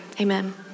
Amen